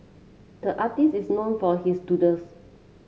the artist is known for his doodles